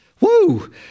Woo